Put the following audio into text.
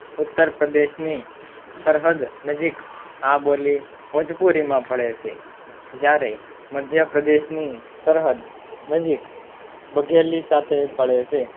ઉત્તર પ્રદેશની સરહદ નજીક આ બોલી ભોજપુરીમાં ભળે છે જ્યારે મધ્યપ્રદેશની સરહદ નજીક બઘેલી સાથે ભળે છે